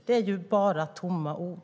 Det är bara tomma ord.